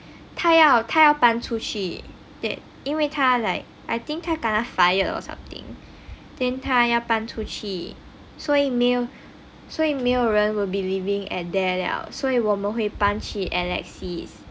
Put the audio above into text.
他要他要搬出去 that 因为他 like I think 他 kena fired or something then 他要搬出去所以没有所以没有人 will be living at there 了所以我们会搬去 alexis